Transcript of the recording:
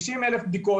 60,000 בדיקות,